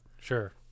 Sure